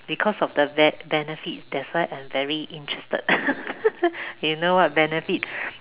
because of the be~ benefit that's why I am very interested you know what benefit